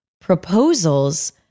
proposals